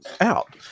out